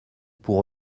pour